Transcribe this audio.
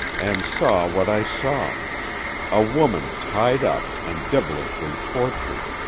and saw what i saw a woman tied up and devilishly tortured,